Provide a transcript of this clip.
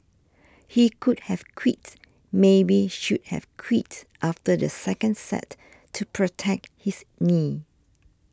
he could have quit maybe should have quit after the second set to protect his knee